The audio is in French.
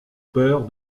père